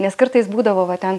nes kartais būdavo va ten